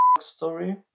story